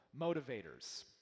motivators